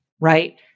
right